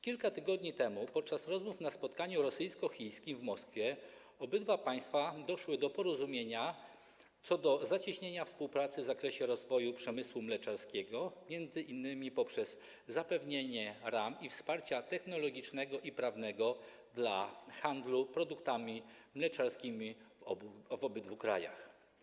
Kilka tygodni temu podczas rozmów na rosyjsko-chińskim spotkaniu w Moskwie obydwa państwa doszły do porozumienia co do zacieśnienia współpracy w zakresie rozwoju przemysłu mleczarskiego, m.in. poprzez zapewnienie ram i wsparcia technologicznego i prawnego dla handlu produktami mleczarskimi w obydwu krajach.